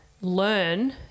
learn